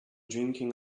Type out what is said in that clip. drinking